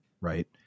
right